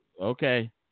Okay